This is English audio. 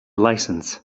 license